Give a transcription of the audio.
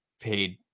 paid